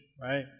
Right